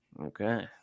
Okay